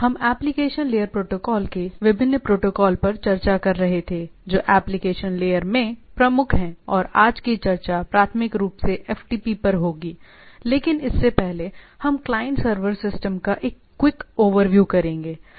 हम application layer protocol के विभिन्न प्रोटोकॉल पर चर्चा कर रहे थे जो एप्लीकेशन लेयर में प्रमुख हैं और आज की चर्चा प्राथमिक रूप से FTP पर होगी लेकिन इससे पहले हम क्लाइंट सर्वर सिस्टम का एक क्विक ओवरव्यू करेंगे